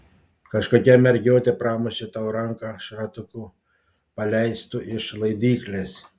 kažkokia mergiotė pramušė tau ranką šratuku paleistu iš laidyklės